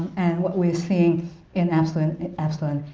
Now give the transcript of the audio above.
and what we are seeing in absalom, absalom!